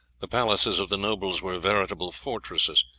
the palaces of the nobles were veritable fortresses,